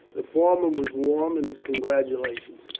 the former was warm in his congratulation.